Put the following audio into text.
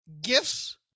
Gifts